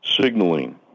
signaling